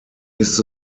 ist